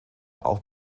auch